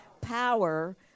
Power